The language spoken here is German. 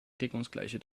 deckungsgleiche